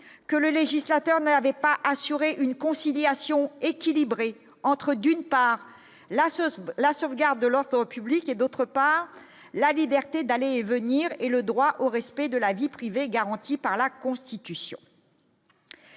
que le législateur n'avait pas assurer une conciliation équilibrée entre d'une part, la chose la sauvegarde de l'ordre public et, d'autre part, la liberté d'aller et venir et le droit au respect de la vie privée, garanti par la Constitution.